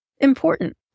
important